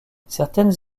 certaines